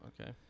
Okay